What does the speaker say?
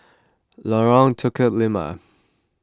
Lorong Tukang Lima